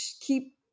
keep